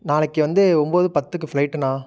நாளைக்கு வந்து ஒம்போது பத்துக்கு ஃபிளைட்டுண்ணா